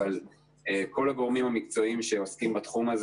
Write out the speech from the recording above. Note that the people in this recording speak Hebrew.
כמה לדעתך תוכלו לפתוח?